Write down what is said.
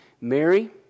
Mary